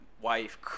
wife